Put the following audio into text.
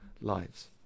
lives